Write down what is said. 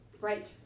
Right